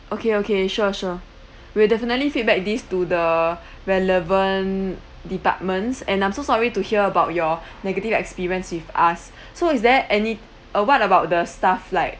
okay okay sure sure we'll definitely feedback these to the relevant departments and I'm so sorry to hear about your negative experience with us so is there any uh what about the staff like